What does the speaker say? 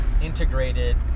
integrated